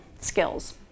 skills